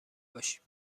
باشیم